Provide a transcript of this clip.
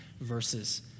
verses